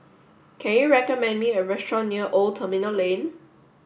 can you recommend me a restaurant near Old Terminal Lane